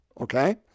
okay